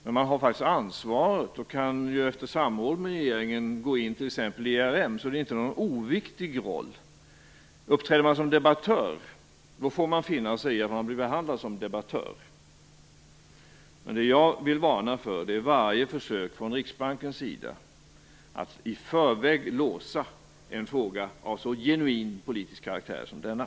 Man har ansvaret, och kan efter samråd med regeringen gå in t.ex. i ERM, så det är inte någon oviktig roll. Uppträder man som debattör får man finna sig i att man blir behandlad som debattör. Det jag vill varna för är varje försök från Riksbankens sida att i förväg låsa en fråga av så genuin politisk karaktär som denna.